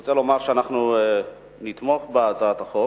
רוצה לומר שאנחנו נתמוך בהצעת החוק.